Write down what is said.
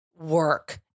work